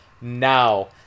now –